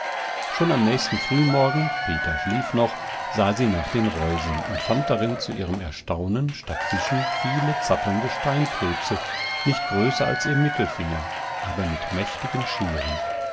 schon am nächsten frühmorgen peter schlief noch sah sie nach den reusen und fand darin zu ihrem erstaunen statt fischen viele zappelnde steinkrebse nicht größer als ihr mittelfinger aber mit mächtigen scheren